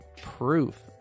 proof